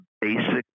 basic